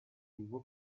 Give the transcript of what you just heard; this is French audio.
nouveau